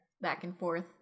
back-and-forth